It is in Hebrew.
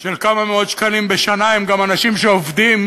של כמה מאות שקלים בשנה הם גם אנשים שעובדים,